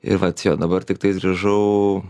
ir vat jo dabar tiktais grįžau